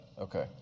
Okay